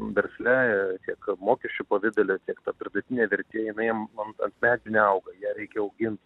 versle tiek mokesčių pavidale tiek ta pridėtinė vertė jinai am ant akmens neauga ją reikia augint